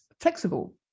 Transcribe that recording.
Flexible